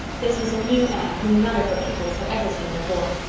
this was a new anne whom none of her pupils had ever seen before.